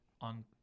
on